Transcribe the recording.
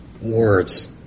words